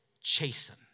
Chasten